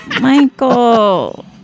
Michael